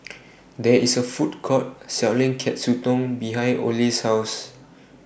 There IS A Food Court Selling Katsudon behind Ole's House